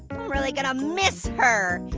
really gonna miss her.